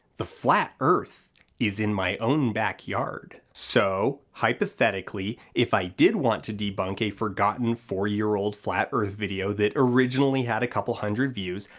the flat earth is in my own backyard. so, hypothetically, if i did want to debunk a forgotten four year old flat earth video that originally had a couple hundred views,